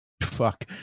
fuck